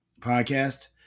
podcast